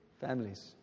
families